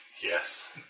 Yes